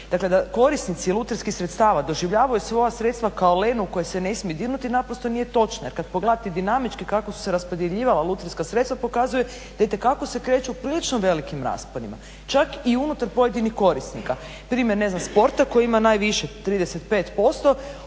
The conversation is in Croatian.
kakve, da korisnici lutrijskih sredstava doživljavaju svoja sredstva kao lenu u koju se ne smije dirnuti, naprosto nije točna, jer kada pogledate dinamički kako su se raspodjeljivala lutrijska sredstva pokazuje da itekako se kreću prilično velikim rasponima. Čak i unutar pojedinih korisnika, primjer ne znam sporta koji ima najviše 35%,